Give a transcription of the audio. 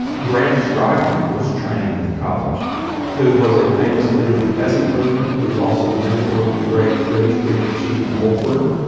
ah graham scroggie was trained at the college who was a famous leader in the keswick movement. he was also the mentor to the great british preacher stephen olford.